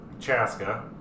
Chaska